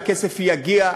הכסף הגיע,